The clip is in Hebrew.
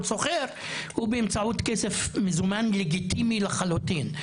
סוחר הוא באמצעות כסף מזומן לגיטימי לחלוטין,